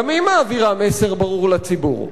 גם היא מעבירה מסר ברור לציבור.